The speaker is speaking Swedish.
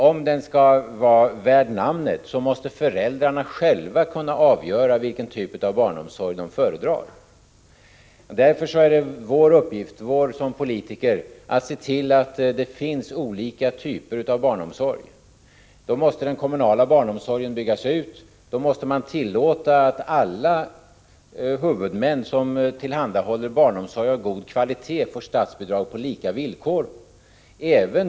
Om den skall vara värd namnet måste föräldrarna själva kunna avgöra vilken typ av barnomsorg de föredrar. Därför är det vår uppgift som politiker att se till att det finns olika typer av barnomsorg. Då måste den kommunala barnomsorgen byggas ut, då måste man tillåta att alla huvudmän som tillhandahåller barnomsorg av god kvalitet får statsbidrag på lika villkor.